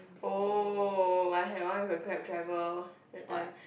oh I had one with a Grab driver that time